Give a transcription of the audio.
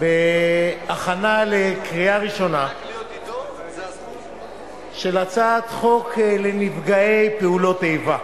בהכנה לקריאה ראשונה של הצעת חוק נפגעי פעולות איבה.